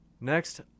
Next